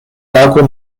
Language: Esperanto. tago